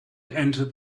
entered